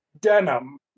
Denim